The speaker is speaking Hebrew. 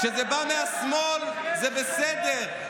יש, כשזה בא מהשמאל זה בסדר.